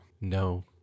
No